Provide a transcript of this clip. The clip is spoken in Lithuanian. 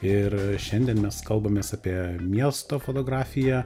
ir šiandien mes kalbamės apie miesto fotografiją